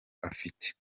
afite